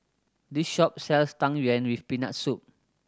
this shop sells Tang Yuen with Peanut Soup